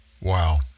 Wow